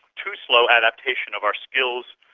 too slow adaptation of our skills,